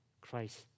Christ